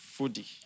Foodie